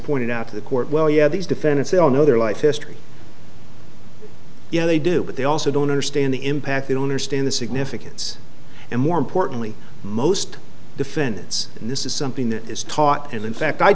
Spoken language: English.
pointed out to the court well yeah these defendants a on other life history yeah they do but they also don't understand the impact they don't or stand the significance and more importantly most defendants in this is something that is taught and in fact i